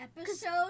episode